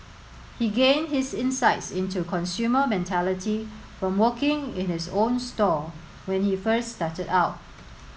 he gained his insights into consumer mentality from working in his own store when he first started out